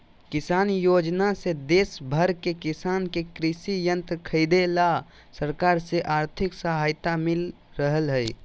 किसान योजना से देश भर के किसान के कृषि यंत्र खरीदे ला सरकार से आर्थिक सहायता मिल रहल हई